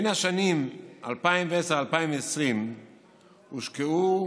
בשנים 2010 2020 הושקעו